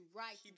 right